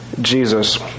Jesus